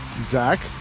Zach